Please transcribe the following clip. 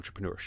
entrepreneurship